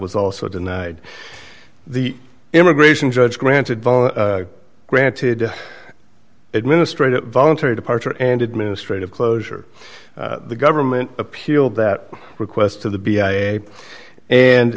was also denied the immigration judge granted vul granted administrative voluntary departure and administrative closure the government appealed that request to the